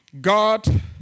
God